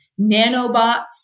nanobots